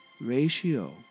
ratio